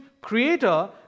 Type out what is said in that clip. creator